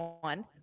one